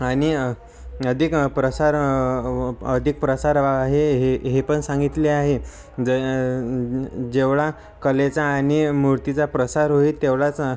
आणि अधिक प्रसार अधिक प्रसार हे हे हे पण सांगितले आहे ज जेवढा कलेचा आणि मूर्तीचा प्रसार होईल तेवढाच